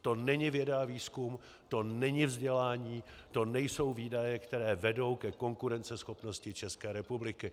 To není věda a výzkum, to není vzdělání, to nejsou výdaje, které vedou ke konkurenceschopnosti České republiky.